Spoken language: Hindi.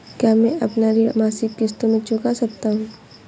क्या मैं अपना ऋण मासिक किश्तों में चुका सकता हूँ?